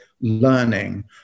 learning